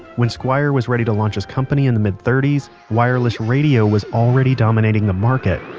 when squier was ready to launch his company in the mid thirty s, wireless radio was already dominating the market.